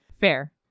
Fair